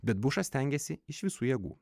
bet bušas stengėsi iš visų jėgų